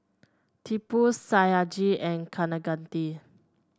Tipu Satyajit and Kaneganti